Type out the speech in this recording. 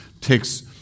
takes